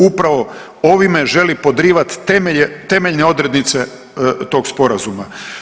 Upravo ovime želi podrivati temeljne odrednice tog sporazuma.